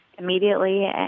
immediately